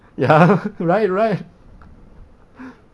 ya right right